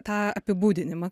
tą apibūdinimą